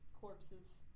corpses